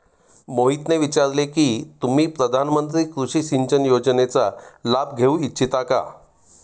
मोहितने विचारले की तुम्ही प्रधानमंत्री कृषि सिंचन योजनेचा लाभ घेऊ इच्छिता का?